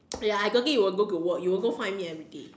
ya I don't think you will go to work you will go find me everyday